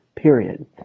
Period